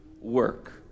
work